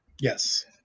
Yes